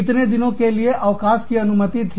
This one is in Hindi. कितने दिनों के लिए अवकाश की अनुमति थी